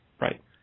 Right